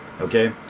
okay